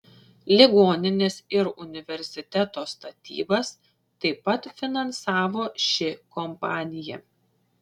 ligoninės ir universiteto statybas taip pat finansavo ši kompanija